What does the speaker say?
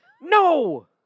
No